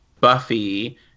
buffy